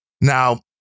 Now